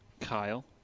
Kyle